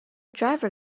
driver